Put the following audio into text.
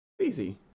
Easy